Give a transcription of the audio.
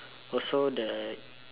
also the